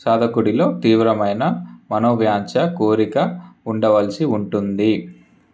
సాధకుడిలో తీవ్రమైన మనోవాంఛ కోరిక ఉండవలసి ఉంటుంది